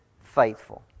faithful